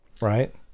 Right